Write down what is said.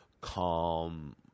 calm